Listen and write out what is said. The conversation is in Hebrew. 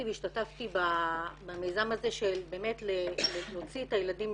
והשתתפתי במיזם הזה של באמת להוציא את הילדים